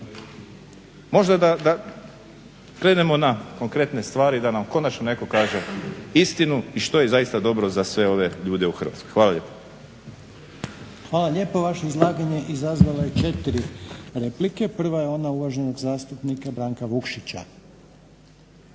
Možda da krenemo na konkretne stvari, da nam konačno neko kaže istinu i što je zaista dobro za sve ove ljude u Hrvatskoj. Hvala. **Reiner, Željko (HDZ)** Hvala lijepo. Vaše izlaganje izazvalo je 4 replike. Prava je ona uvaženog zastupnika Branka Vukšića.